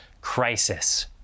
crisis